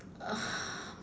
uh